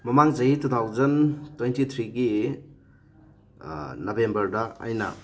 ꯃꯃꯥꯡ ꯆꯍꯤ two thousand twenty ꯊ꯭ꯔꯤꯒꯤ ꯅꯕꯦꯝꯕꯔꯗ ꯑꯩꯅ